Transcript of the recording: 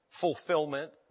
fulfillment